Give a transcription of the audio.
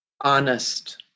honest